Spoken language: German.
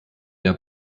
der